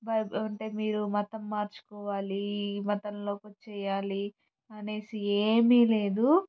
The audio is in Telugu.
బైబిల్ అంటే మీరు మతం మార్చుకోవాలి ఈ మతంలోకి వచ్చేయాలి అనేసి ఏమీ లేదు